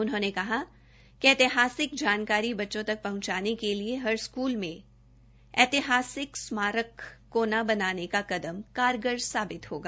उन्होंने कहा कि ऐतिहासिक जानकारी बच्चों तक पहंचाने के लिए हर स्कूल में ऐतिहासिक स्मारक कोना बनाने का कदम कारगर साबित होगा